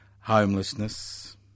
homelessness